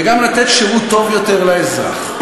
וגם לתת שירות טוב יותר לאזרח.